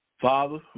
father